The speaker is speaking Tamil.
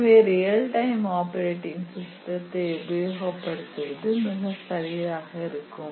எனவே ரியல் டைம் ஆப்பரேட்டிங் சிஸ்டத்தை உபயோகப்படுத்துவது மிகச்சரியாக இருக்கும்